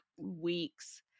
weeks